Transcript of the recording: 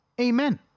Amen